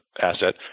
asset